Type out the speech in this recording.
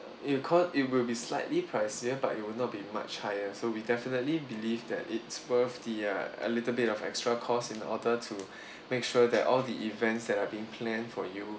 it will co~ it will be slightly pricier but it will not be much higher so we definitely believe that it's worth the uh a little bit of extra costs in order to make sure that all the events that are being planned for you